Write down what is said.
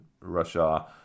Russia